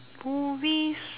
movies